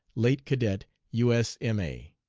late cadet u s m a.